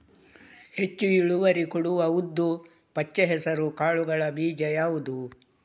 ಹೆಚ್ಚು ಇಳುವರಿ ಕೊಡುವ ಉದ್ದು, ಪಚ್ಚೆ ಹೆಸರು ಕಾಳುಗಳ ಬೀಜ ಯಾವುದು?